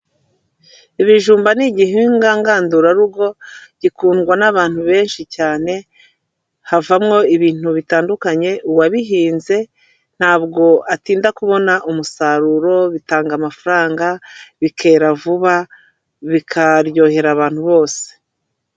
Ibijumba ni igihingwa ngandurarugo gikundwa n'abantu benshi cyane, havamo ibintu bitandukanye, uwabihinze ntabwo atinda kubona umusaruro bitanga amafaranga, bikera vuba, bikaryohera abantu bose.